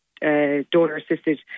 donor-assisted